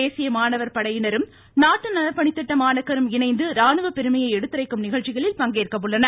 தேசிய மாணவர் படையினரும் நாட்டு நலப்பணித்திட்ட மாணாக்கரும் இணைந்து ராணுவ பெருமையை எடுத்துரைக்கும் நிகழ்ச்சிகளில் பங்கேற்க உள்ளனர்